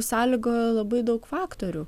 sąlygojo labai daug faktorių